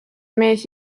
mees